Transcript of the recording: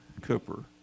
Cooper